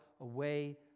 away